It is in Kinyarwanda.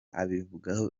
abivugaho